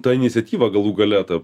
ta iniciatyva galų gale ta